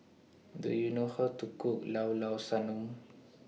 Do YOU know How to Cook Llao Llao Sanum